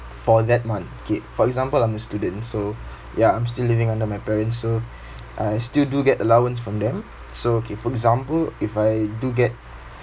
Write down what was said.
for that month K for example I'm a student so ya I'm still living under my parents so I still do get allowance from them so okay for example if I do get